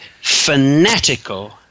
fanatical